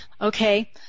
Okay